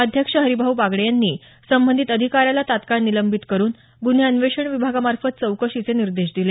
अध्यक्ष हरिभाऊ बागडे यांनी संबंधित अधिकाऱ्याला तत्काळ निलंबित करून गुन्हे अन्वेषण विभागामार्फत चौकशीचे निर्देश दिले